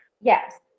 Yes